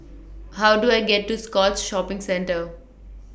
How Do I get to Scotts Shopping Centre